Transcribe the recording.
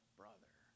brother